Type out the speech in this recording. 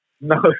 No